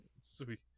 Sweet